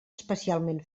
especialment